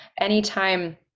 anytime